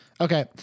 Okay